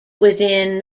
within